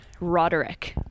Roderick